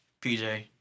PJ